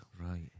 right